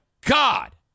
God